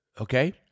okay